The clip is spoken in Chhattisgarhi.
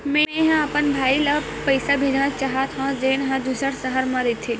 मेंहा अपन भाई ला पइसा भेजना चाहत हव, जेन हा दूसर शहर मा रहिथे